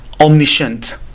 Omniscient